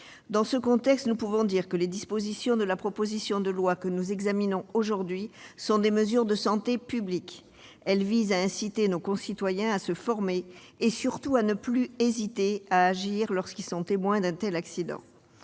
Dans ce contexte, nous pouvons dire que les dispositions de la proposition de loi que nous examinons aujourd'hui sont des mesures de santé publique. Elles visent à inciter nos concitoyens à se former et surtout à ne plus hésiter à agir, lorsqu'ils sont témoins d'un tel accident.